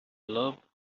love